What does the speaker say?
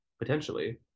potentially